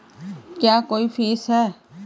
क्या कोई फीस है?